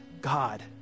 God